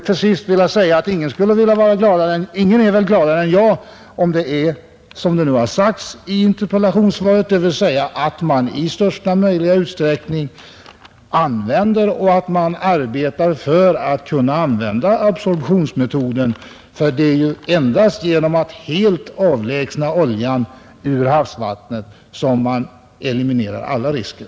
Till sist skulle jag vilja säga att ingen är väl gladare än jag, om det verkligen är som det sagts i interpellationssvaret, dvs. att man i största möjliga utsträckning använder och arbetar för att kunna använda absorberingsmetoden, ty det är endast genom att helt avlägsna oljan ur havsvattnet som man eliminerar alla risker.